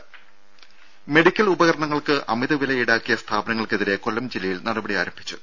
ദേഴ മെഡിക്കൽ ഉപകരണങ്ങൾക്ക് അമിത വില ഈടാക്കിയ സ്ഥാപനങ്ങൾക്കെതിരേ കൊല്ലം ജില്ലയിൽ നടപടി ആരംഭിച്ചു